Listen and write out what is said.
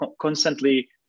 constantly